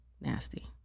Nasty